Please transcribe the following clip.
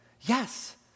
Yes